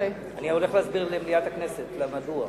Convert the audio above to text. אני הולך להסביר למליאת הכנסת מדוע.